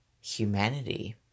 humanity